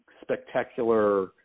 spectacular